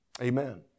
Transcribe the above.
Amen